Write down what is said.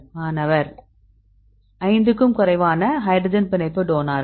மாணவர் 5 க்கும் குறைவான ஹைட்ரஜன் பிணைப்பு டோனார்கள்